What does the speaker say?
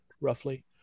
roughly